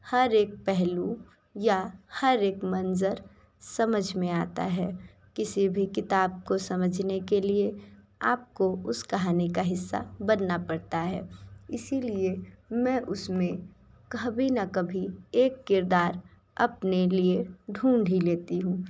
हर एक पहलू या हर एक मंज़र समझ में आता है किसी भी किताब को समझने के लिए आप को उस कहानी का हिस्सा बनना पड़ता है इसीलिए मैं उस में कभी ना कभी एक किरदार अपने लिए ढूंढ ही लेती हूँ